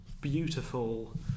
beautiful